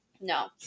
No